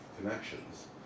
connections